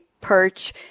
perch